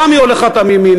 פעם היא מוליכה אותם ימינה,